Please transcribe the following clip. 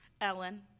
Ellen